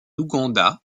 ouganda